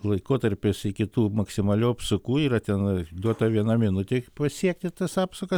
laikotarpis iki tų maksimalių apsukų yra ten duota viena minutė pasiekti tas apsukas